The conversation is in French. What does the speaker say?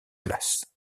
place